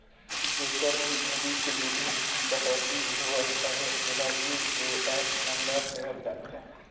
जेकर भी भविस निधि कटउती होवत अहे तेला यू.ए.एन नंबर देहल जाथे